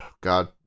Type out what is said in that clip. God